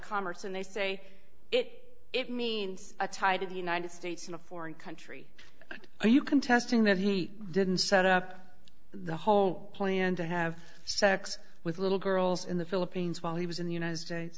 commerce and they say it it means a tie to the united states in a foreign country what are you contesting that he didn't set up the whole plan to have sex with little girls in the philippines while he was in the united states